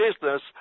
business